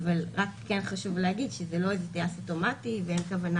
אבל רק כן חשוב להגיד שזה לא איזה טייס אוטומטי ואין כוונה